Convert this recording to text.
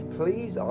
please